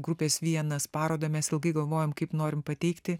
grupės vienas parodą mes ilgai galvojom kaip norim pateikti